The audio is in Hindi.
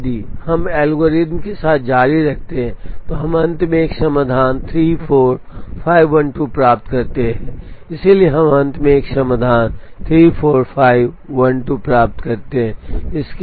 अब यदि हम एल्गोरिथ्म के साथ जारी रखते हैं तो हम अंत में एक समाधान 34 512 प्राप्त करते हैं इसलिए हम अंत में एक समाधान 34512 प्राप्त करते हैं